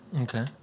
Okay